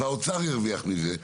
וגם האוצר ירוויח מזה.